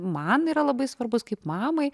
man yra labai svarbūs kaip mamai